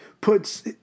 puts